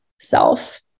self